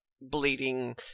Bleeding